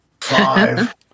Five